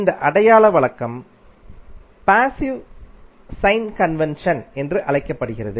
இந்த அடையாள வழக்கம் பேசிவ் சைன் கன்வென்ஷன் என்று அழைக்கப்படுகிறது